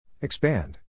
Expand